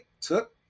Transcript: took